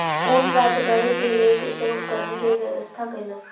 ऊन प्राप्त करै के लेल कृषक उपकरण के व्यवस्था कयलक